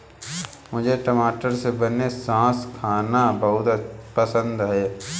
मुझे टमाटर से बने सॉस खाना बहुत पसंद है राजू